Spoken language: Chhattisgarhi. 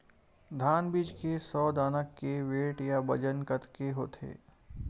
धान बीज के सौ दाना के वेट या बजन कतके होथे?